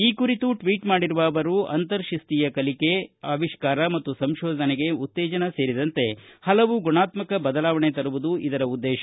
ಈ ಕುರಿತು ಟ್ವೀಟ್ ಮಾಡಿರುವ ಅವರು ಅಂತರತಿಸ್ತೀಯ ಕಲಿಕೆ ಆವಿಷ್ಕಾರ ಮತ್ತು ಸಂಶೋಧನೆಗೆ ಉತ್ತೇಜನ ಸೇರಿದಂತೆ ಪಲವು ಗುಣಾತ್ಕ ಬದಲಾವಣೆ ತರುವುದು ಇದರ ಉದ್ದೇಶ